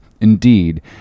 indeed